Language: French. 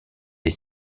des